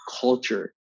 culture